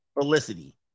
Felicity